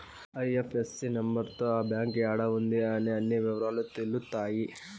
IFSC number తో ఆ bank యాడా ఉంది అనే అన్ని ఇవరాలు తెలుత్తాయి